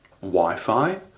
wi-fi